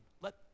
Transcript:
Let